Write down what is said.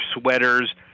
sweaters